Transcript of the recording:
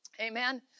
Amen